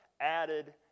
added